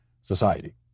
society